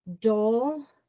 dull